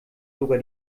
sogar